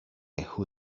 who